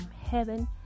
heaven